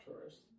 tourists